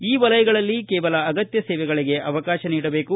ಈ ವಲಯಗಳಲ್ಲಿ ಕೇವಲ ಅಗತ್ಯ ಸೇವೆಗಳಿಗೆ ಅವಕಾಶ ನೀಡಬೇಕು